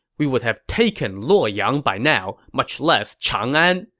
we would have taken luoyang by now, much less chang'an,